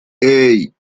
hey